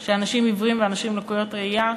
של אנשים עיוורים ושל אנשים עם לקויות ראייה,